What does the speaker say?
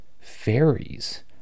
Fairies